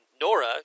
Nora